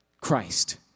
Christ